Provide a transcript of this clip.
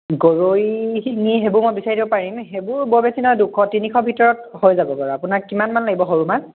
গৰৈ শিঙি সেইবোৰ মই বিচাৰি দিব পাৰিম সেইবোৰ বৰ বেছি নাই দুশ তিনিশ ভিতৰত হৈ যাব বাৰু আপোনাক কিমানমান লাগিব সৰু মাছ